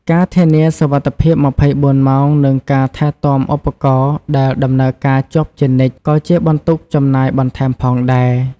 ការធានាសុវត្ថិភាព ២៤ ម៉ោង និងការថែទាំឧបករណ៍ដែលដំណើរការជាប់ជានិច្ច ក៏ជាបន្ទុកចំណាយបន្ថែមផងដែរ។